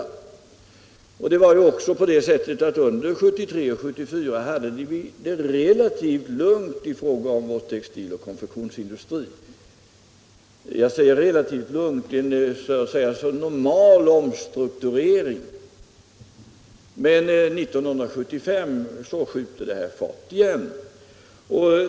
Under 1973 och 1974 hade vi det också relativt lugnt i fråga om vår textil och konfektionsindustri. Jag säger relativt lugnt; det förekom en så att säga normal omstrukturering. Men 1975 sköt krisen fart igen.